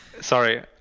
sorry